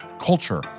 culture